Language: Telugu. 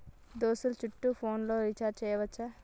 దోస్తులు చుట్టాలు ఫోన్లలో రీఛార్జి చేయచ్చా?